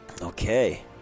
Okay